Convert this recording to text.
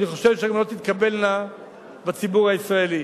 אני חושב שהן גם לא תתקבלנה בציבור הישראלי.